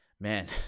man